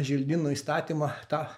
želdynų įstatymą tą